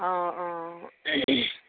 অঁ অঁ